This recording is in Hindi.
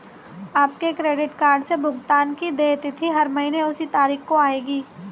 आपके क्रेडिट कार्ड से भुगतान की देय तिथि हर महीने उसी तारीख को आएगी